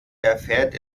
erfährt